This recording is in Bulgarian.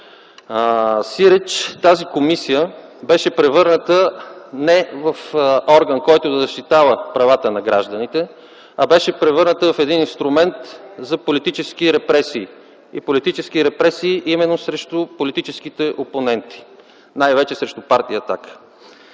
Сиреч тази комисия беше превърната не в орган, който да защитава правата на гражданите, а беше превърната в един инструмент за политически репресии и политически репресии именно срещу политическите опоненти, най-вече срещу партия „Атака”.